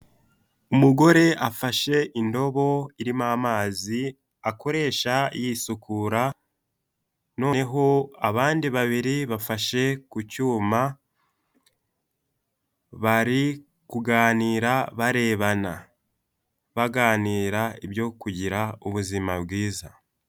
Umugore afashe indobo irimo amazi akoresha yisukura, no neho abandi babiri bafashe ku cyuma bari kuganira barebana baganira ibyo kugira ubuzima bwiza.